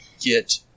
get